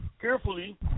carefully